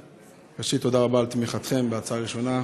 ראשית, תודה רבה על תמיכתכם בהצעה הראשונה.